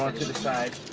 um to the side.